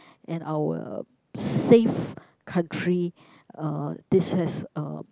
and our safe country uh this has uh